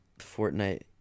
Fortnite